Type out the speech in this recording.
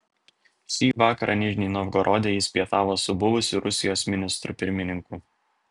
šį vakarą nižnij novgorode jis pietavo su buvusiu rusijos ministru pirmininku